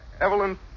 Evelyn